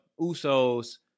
Uso's